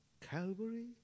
Calvary